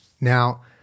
Now